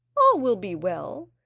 all will be well.